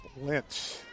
Lynch